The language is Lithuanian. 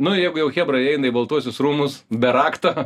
nu jeigu jau chebra įeina į baltuosius rūmus be rakto